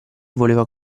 voleva